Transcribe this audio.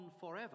forever